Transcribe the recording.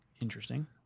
Interesting